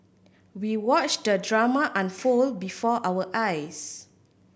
we watched the drama unfold before our eyes